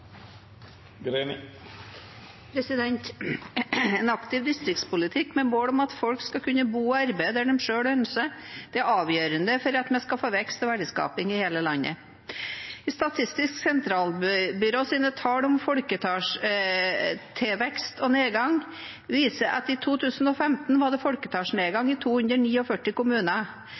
aktiv distriktspolitikk med mål om at folk skal kunne bo og arbeide der de selv ønsker, er avgjørende for at vi skal få vekst og verdiskaping i hele landet. Statistisk sentralbyrås tall over folketilvekst og nedgang viser at i 2015 var det folketallsnedgang i